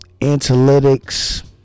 Analytics